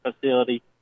facility